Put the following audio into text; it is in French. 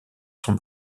son